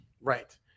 Right